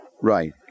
Right